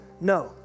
No